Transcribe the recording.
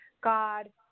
God